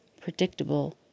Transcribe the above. predictable